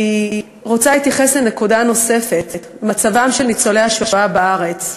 אני רוצה להתייחס לנקודה נוספת: מצבם של ניצולי השואה בארץ.